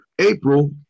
April